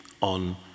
on